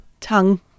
Tongue